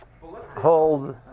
hold